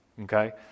Okay